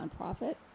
nonprofit